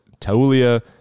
Taulia